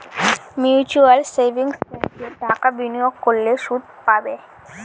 mutual savings ব্যাঙ্কে টাকা বিনিয়োগ করলে সুদ পাবে